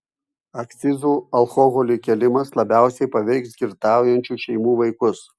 akcizų alkoholiui kėlimas labiausiai paveiks girtaujančių šeimų vaikus